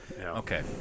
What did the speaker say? Okay